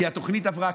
כי התוכנית כבר עברה.